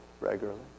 regularly